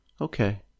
okay